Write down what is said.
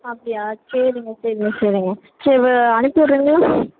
அப்படியா சரிங்க சரிங்க சரிங்க சரி வ அனுப்பி விட்றிங்களா